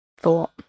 thought